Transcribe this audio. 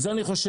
מזה אני חושש.